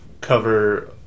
cover